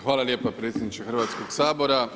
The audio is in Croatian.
Hvala lijepa predsjedniče Hrvatskog Sabora.